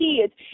kids